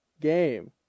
game